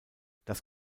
das